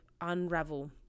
unravel